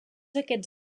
aquests